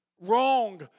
wrong